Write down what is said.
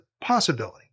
possibility